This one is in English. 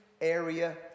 area